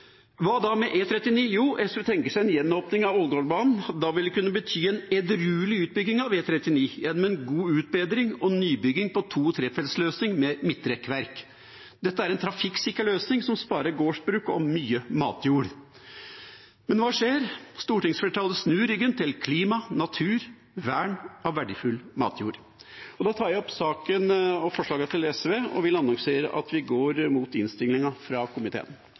Hva da med E39? Jo, SV tenker seg at en gjenåpning av Ålgårdbanen vil kunne bety en edruelig utbygging av E39, med god utbedring og nybygging på en to- og trefeltsløsning med midtrekkverk. Dette er en trafikksikker løsning som sparer gårdsbruk og mye matjord. Men hva skjer? Stortingsflertallet snur ryggen til klima, natur og vern av verdifull matjord. Jeg tar opp forslagene til SV og vil annonsere at vi går imot innstillinga fra komiteen.